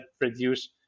reduce